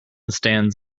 stands